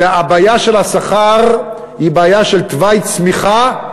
הבעיה של השכר היא בעיה של תוואי צמיחה,